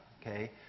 okay